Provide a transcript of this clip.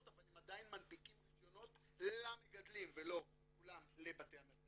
אבל הם עדיין מנפיקים רישיונות למגדלים ולא כולם לבתי המרקחת,